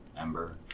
Ember